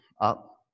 up